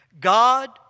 God